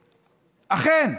אכן,